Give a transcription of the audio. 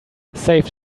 saved